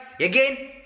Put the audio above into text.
Again